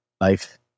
life